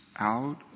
out